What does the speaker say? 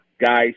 guys